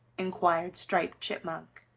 inquired striped chipmunk.